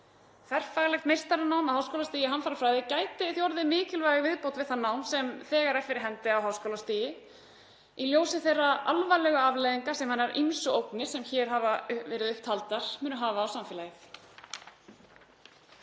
Þverfaglegt meistaranám á háskólastigi í hamfarafræði gæti orðið mikilvæg viðbót við það nám sem þegar er fyrir hendi á háskólastigi í ljósi þeirra alvarlegu afleiðinga sem hinar ýmsu ógnir sem hér hafa verið upp taldar munu hafa á samfélagið.